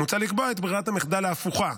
מוצע לקבוע את ברירת המחדל ההפוכה,